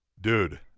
Dude